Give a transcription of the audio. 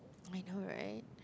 I know right